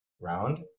round